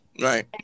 Right